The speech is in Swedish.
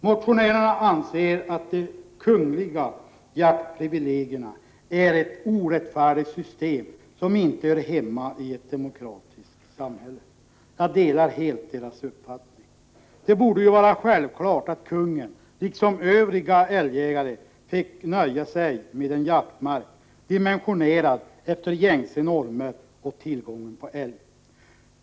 Motionärerna anser att de kungliga jaktprivilegierna är ett orättfärdigt system som inte hör hemma i ett demokratiskt samhälle. Jag delar helt deras uppfattning. Det borde vara självklart att kungen liksom övriga älgjägare fick nöja sig med en jaktmark, dimensionerad efter gängse normer och tillgången på älg.